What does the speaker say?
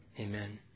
Amen